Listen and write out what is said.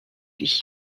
lui